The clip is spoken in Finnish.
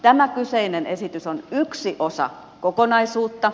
tämä kyseinen esitys on yksi osa kokonaisuutta